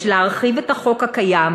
יש להרחיב את החוק הקיים